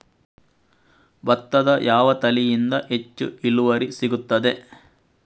ಭತ್ತದ ಯಾವ ತಳಿಯಿಂದ ಹೆಚ್ಚು ಇಳುವರಿ ಸಿಗುತ್ತದೆ?